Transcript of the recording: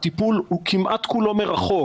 הטיפול הוא כמעט כולו מרחוק,